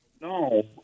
No